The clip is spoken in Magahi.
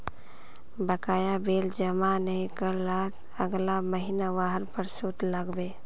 बकाया बिल जमा नइ कर लात अगला महिना वहार पर सूद लाग बे